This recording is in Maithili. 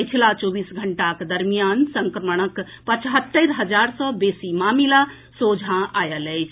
पछिला चौबीस घंटाक दरमियान संक्रमणक पचहत्तरि हजार सँ बेसी मामिला सोझा आएल अछि